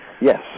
yes